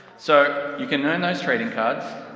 so, you can earn those trading cards,